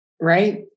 Right